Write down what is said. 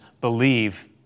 believe